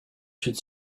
should